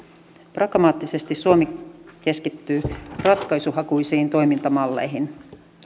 pragmaattisesti suomi keskittyy ratkaisuhakuisiin toimintamalleihin